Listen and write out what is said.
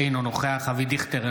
אינו נוכח אבי דיכטר,